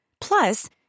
Plus